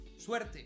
suerte